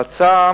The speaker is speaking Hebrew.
ההצעה